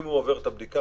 אן עוברים את הבדיקה,